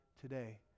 today